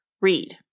read